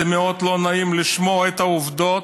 זה מאוד לא נעים לשמוע את העובדות,